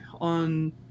on